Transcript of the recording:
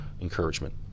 encouragement